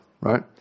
Right